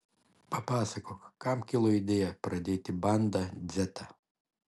papasakok kam kilo idėja pradėti banda dzetą